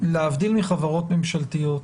שלהבדיל מחברות ממשלתיות,